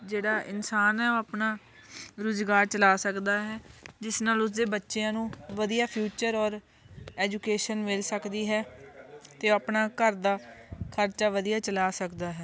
ਜਿਹੜਾ ਇਨਸਾਨ ਆ ਉਹ ਆਪਣਾ ਰੁਜ਼ਗਾਰ ਚਲਾ ਸਕਦਾ ਹੈ ਜਿਸ ਨਾਲ ਉਸਦੇ ਬੱਚਿਆਂ ਨੂੰ ਵਧੀਆ ਫਿਊਚਰ ਔਰ ਐਜੂਕੇਸ਼ਨ ਮਿਲ ਸਕਦੀ ਹੈ ਅਤੇ ਆਪਣਾ ਘਰ ਦਾ ਖਰਚਾ ਵਧੀਆ ਚਲਾ ਸਕਦਾ ਹੈ